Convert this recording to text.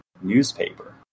newspaper